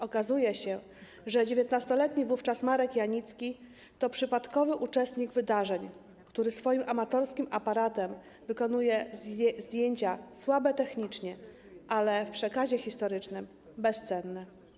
Okazuje się, że 19-letni wówczas Marek Janicki to przypadkowy uczestnik wydarzeń, który swoim amatorskim aparatem wykonał zdjęcia słabe technicznie, ale w przekazie historycznym bezcenne.